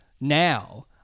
now